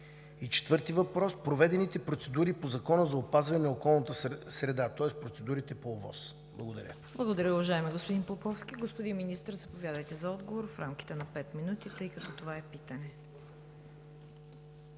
И четвърти въпрос – проведените процедури по Закона за опазване на околната среда, тоест процедурите по ОВОС. Благодаря. ПРЕДСЕДАТЕЛ ЦВЕТА КАРАЯНЧЕВА: Благодаря, уважаеми господин Поповски. Господин Министър, заповядайте за отговор в рамките на 5 минути, тъй като това е питане.